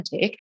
take